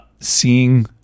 seeing